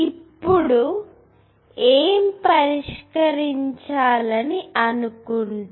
ఇప్పుడు ఏమి పరిష్కరించాలని అనుకుంటున్నాము